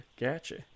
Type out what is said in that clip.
gotcha